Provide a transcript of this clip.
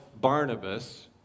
Barnabas